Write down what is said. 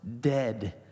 dead